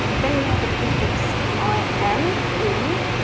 then we have the prefix i m, im.